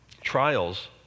Trials